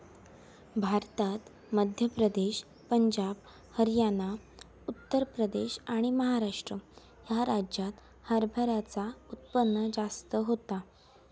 भारतात मध्य प्रदेश, पंजाब, हरयाना, उत्तर प्रदेश आणि महाराष्ट्र ह्या राज्यांत हरभऱ्याचा उत्पन्न जास्त होता